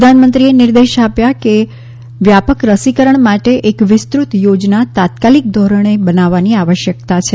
પ્રધાનમંત્રીએ નીર્દેશ આપ્યો કે વ્યાપક રસીકરણ માટે એક વિસ્તૃત યોજના તાત્કાલિક ોધરણે બનાવવાની આવશ્યકતા છે